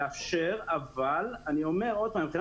לאפשר אבל אני אומר עוד פעם שמבחינה